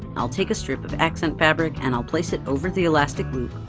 i'll take a strip of accent fabric, and i'll place it over the elastic loop,